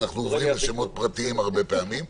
ואפשר גם לשמוע דעתם של כאלה שהם לא אנשי מקצוע היום,